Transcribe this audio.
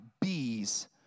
bees